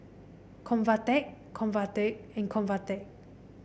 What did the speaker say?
Convatec Convatec and Convatec